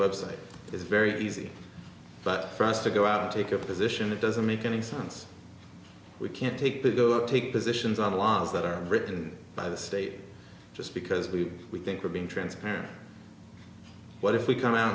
website it's very easy but for us to go out and take a position that doesn't make any sense we can't take the go take positions on laws that are written by the state just because we think we're being transparent what if we come out